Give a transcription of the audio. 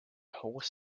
horse